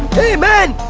hey man,